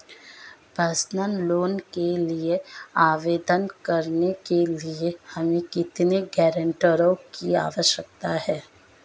Personal loan के लिए आवेदन करने के लिए हमें कितने गारंटरों की आवश्यकता है?